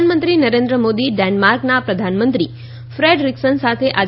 પ્રધાનમંત્રી નરેન્દ્ર મોદી ડેનમાર્કના પ્રધાનમંત્રી ફ્રેડરિક્સન સાથે આજે